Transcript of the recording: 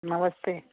नमस्ते